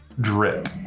Drip